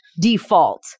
default